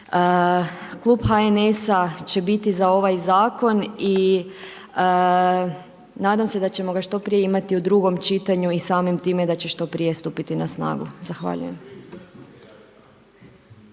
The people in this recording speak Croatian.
Klub HNS-a će biti za ovaj zakon i nadam se da ćemo ga što prije imati u drugom čitanju i samim time da će što prije stupiti na snagu. Zahvaljujem.